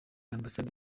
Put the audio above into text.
ambasade